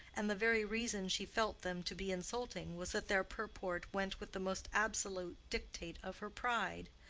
and the very reason she felt them to be insulting was that their purport went with the most absolute dictate of her pride.